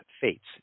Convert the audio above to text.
fates